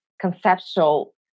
conceptual